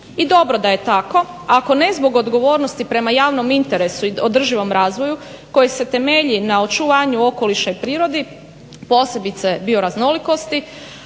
I dobro da je tako, ako ne zbog odgovornosti prema javnom interesu i održivom razvoju koji se temelji na očuvanju okoliša i prirodi posebice bioraznolikosti